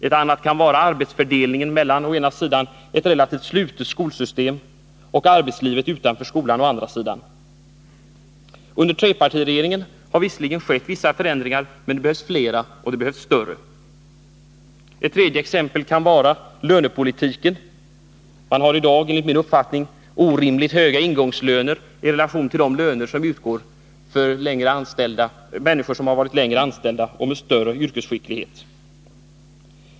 Ett annat exempel kan gälla arbetsfördelningen mellan å ena sidan ett relativt slutet skolsystem och å andra sidan arbetslivet utanför skolan. Under trepartiregeringens tid har visserligen vissa förändringar skett — men det behövs flera och större. Ett tredje exempel kan vara lönepolitiken. Man har i dag enligt min uppfattning orimligt höga ingångslöner, i relation till de löner som utgår för människor som varit anställda längre och som har större yrkesskicklighet.